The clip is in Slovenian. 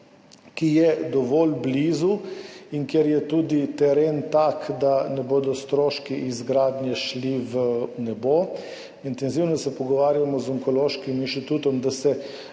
ki je dovolj blizu in kjer je tudi teren tak, da ne bodo šli stroški izgradnje v nebo. Intenzivno se pogovarjamo z Onkološkim inštitutom, da se